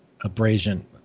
abrasion